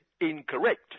incorrect